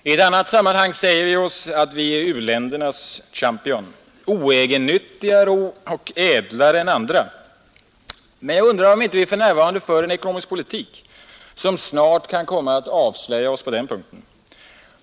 I ett annat sammanhang säger vi oss vara u-ländernas champion, oegennyttigare och ädlare än andra, men jag undrar om vi inte för närvarande för en ekonomisk politik som snart kan komma att avslöja oss på den punkten.